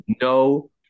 No